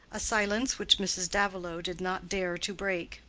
a silence which mrs. davilow did not dare to break.